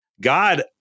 God